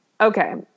Okay